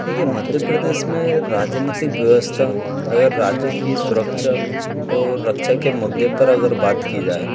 देखिए मध्य प्रदेश में राजनीतिक व्यवस्था अगर राज्य की सुरक्षा और रक्षा के मुद्दे पर अगर बात की जाए